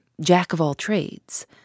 jack-of-all-trades